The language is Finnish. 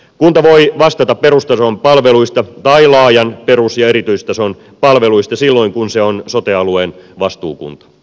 kunta voi vastata perustason palveluista tai laajan perus ja erityistason palveluista silloin kun se on sote alueen vastuukunta